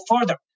further